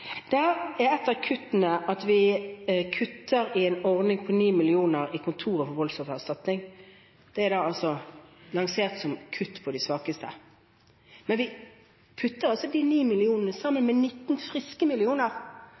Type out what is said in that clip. er et av kuttene at vi kutter i en ordning på 9 mill. kr til Kontoret for voldsoffererstatning, det er da lansert som kutt for de svakeste. Men vi putter altså de 9 mill. kr sammen med 19 friske millioner